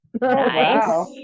Nice